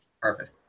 perfect